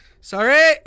Sorry